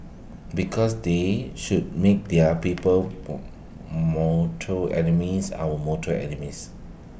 because they should make their people's more mortal enemies our mortal enemies